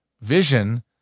vision